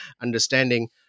understanding